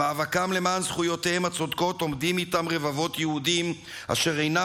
במאבקם למען זכויותיהם הצודקות עומדים איתם רבבות יהודים אשר אינם